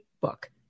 book